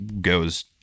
goes